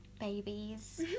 babies